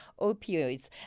Opioids